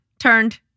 turned